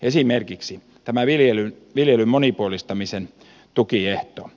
esimerkiksi tämä viljelyn monipuolistamisen tukiehto